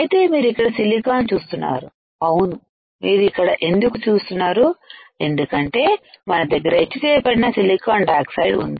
అయితే మీరు ఇక్కడ సిలికాన్ చూస్తున్నారు అవును మీరు ఇక్కడ ఎందుకు చూస్తున్నారు ఎందుకంటే మన దగ్గర ఎచ్ చేయబడిన సిలికాన్ డయాక్సైడ్ ఉంది